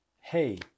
hey